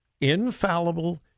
infallible